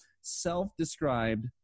self-described